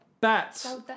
bats